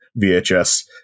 VHS